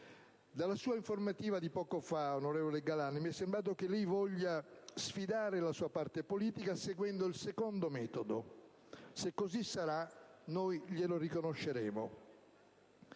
Dalla sua informativa di poco fa, onorevole Galan, mi è sembrato che lei voglia sfidare la sua parte politica seguendo il secondo metodo. Se così sarà, noi glielo riconosceremo.